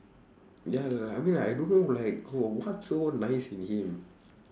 ya like I mean like I don't know like no what's so nice in him